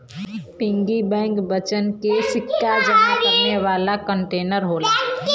piggy bank बच्चन के सिक्का जमा करे वाला कंटेनर होला